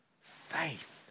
faith